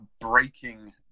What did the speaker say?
breaking